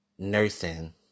nursing